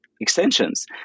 extensions